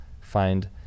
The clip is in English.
find